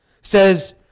says